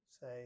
say